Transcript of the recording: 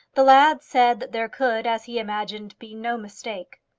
the lad said that there could, as he imagined, be no mistake.